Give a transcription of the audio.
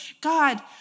God